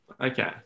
okay